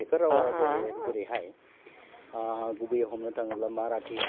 बेफोर रावा जा जेरैहाय गुबैयै हमनो थाङोब्ला माराठी